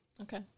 Okay